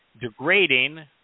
degrading